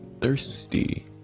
thirsty